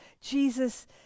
Jesus